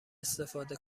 استفاده